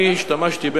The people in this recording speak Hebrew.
אני השתמשתי,